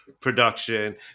production